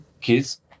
kids